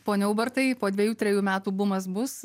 pone ubertai po dviejų trejų metų bumas bus